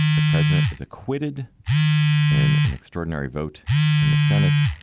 the president is acquitted in an extraordinary vote in the senate.